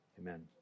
amen